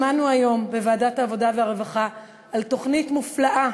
שמענו היום בוועדת העבודה והרווחה על תוכנית מופלאה